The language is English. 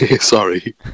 Sorry